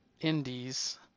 indies